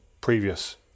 previous